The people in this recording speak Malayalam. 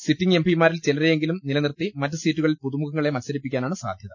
സിറ്റിങ്ങ് എംപിമാരിൽ ചില രെ യെ ങ്കിലും നിലനിർത്തി മറ്റ് സീറ്റുകളിൽ പുതുമുഖങ്ങളെ മത്സരിപ്പിക്കാ നാണ് സാധ്യത